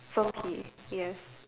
firm P yes